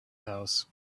house